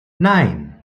nein